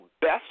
best